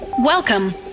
Welcome